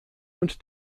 und